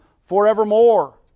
forevermore